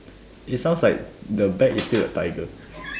it sounds like the back is still a tiger